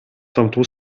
tamtą